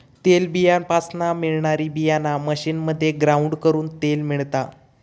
तेलबीयापासना मिळणारी बीयाणा मशीनमध्ये ग्राउंड करून तेल मिळता